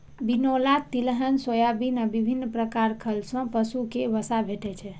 बिनौला, तिलहन, सोयाबिन आ विभिन्न प्रकार खल सं पशु कें वसा भेटै छै